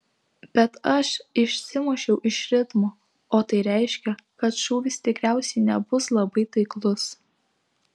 bet aš išsimušiau iš ritmo o tai reiškia kad šūvis tikriausiai nebus labai taiklus